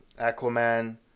Aquaman